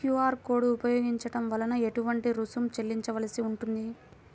QR code ఉపయోగించటం వలన ఏటువంటి రుసుం చెల్లించవలసి ఉంటుంది?